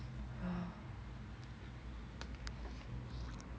yeah